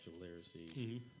literacy